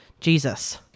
Jesus